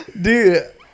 Dude